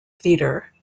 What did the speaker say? theater